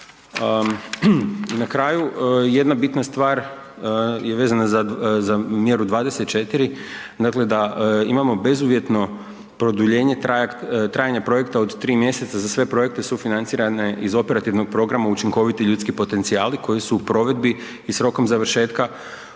Na kraju, jedna bitna stvar je vezana za mjeru 24, dakle da imamo bezuvjetno produljenje trajanja projekta od 3 mjeseca za sve projekte sufinancirane iz operativnog programa „Učinkoviti ljudski potencijali“ koji su u provedbi i s rokom završetka u